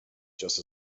just